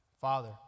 father